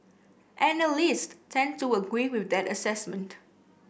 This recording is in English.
analyst tend to agree with that assessment